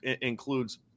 includes